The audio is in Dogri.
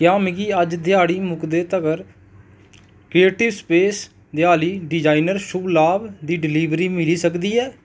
क्या मिगी अज्ज ध्याड़ी मुकदे तगर क्रिएटिव स्पेस देआली डिजाइनर शुभ लाभ दी डलीवरी मिली सकदी ऐ